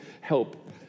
help